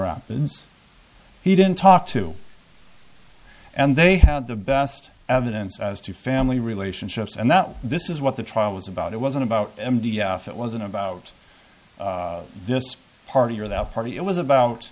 rapids he didn't talk to and they had the best evidence as to family relationships and that this is what the trial was about it wasn't about m d f it wasn't about this party or that party it was about